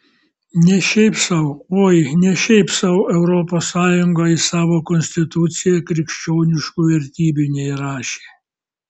ne šiaip sau oi ne šiaip sau europos sąjunga į savo konstituciją krikščioniškų vertybių neįrašė